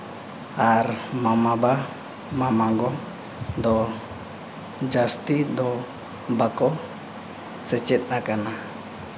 ᱟᱨ ᱢᱟᱢᱟ ᱵᱟ ᱢᱟᱢᱟ ᱜᱚ ᱫᱚ ᱡᱟᱹᱥᱛᱤ ᱫᱚ ᱵᱟᱠᱚ ᱥᱮᱪᱮᱫ ᱟᱠᱟᱱᱟ